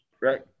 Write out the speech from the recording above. right